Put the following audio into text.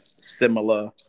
similar